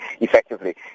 effectively